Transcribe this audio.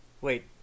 Wait